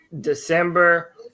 December